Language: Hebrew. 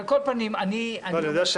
כל פנים, אני אומר לך,